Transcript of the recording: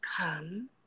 come